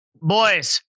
boys